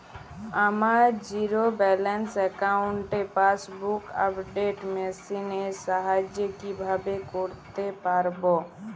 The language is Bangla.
আমার জিরো ব্যালেন্স অ্যাকাউন্টে পাসবুক আপডেট মেশিন এর সাহায্যে কীভাবে করতে পারব?